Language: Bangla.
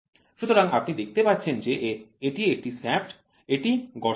সুতরাং আপনি দেখতে পাচ্ছেন যে এটি একটি শ্যাফ্ট এটি একটি গর্ত